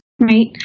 Right